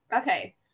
okay